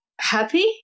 Happy